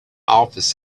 office